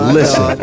Listen